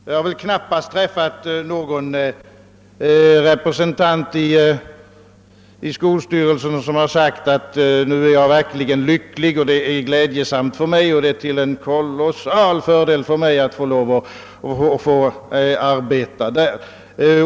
Jag har knappast träffat någon representant i en skolstyrelse som sagt, att nu är han verkligen glad och lycklig och att det är till kolossal fördel för honom att få lov att vara med där.